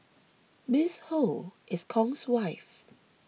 Miss Ho is Kong's wife